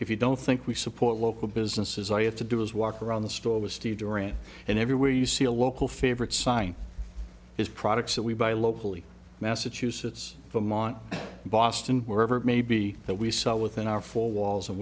if you don't think we support local businesses i have to do is walk around the store with steve doran and everywhere you see a local favorite sign his products that we buy locally massachusetts vermont boston wherever it may be that we sell within our four walls and